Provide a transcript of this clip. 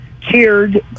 cheered